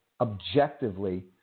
objectively